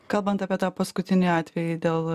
kalbant apie tą paskutinį atvejį dėl